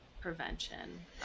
prevention